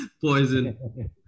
poison